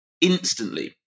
Instantly